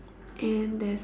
and there's